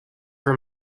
for